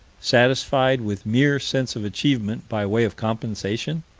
satisfied with mere sense of achievement by way of compensation?